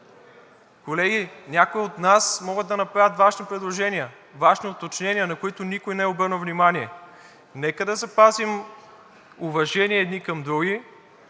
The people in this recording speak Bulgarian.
Колеги, някои от нас могат да направят важни предложения, важни уточнения, на които никой не е обърнал внимание. Нека да запазим уважение едни към други.